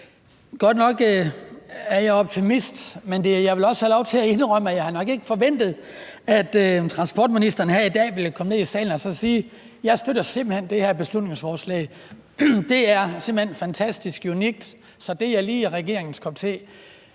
Godt nok er jeg optimist, men jeg vil også have lov til at indrømme, at jeg nok ikke har forventet, at transportministeren her i dag ville komme ned i salen her og så sige: Jeg støtter simpelt hen det her beslutningsforslag; det er fantastisk unikt, så det er lige regeringens kop te.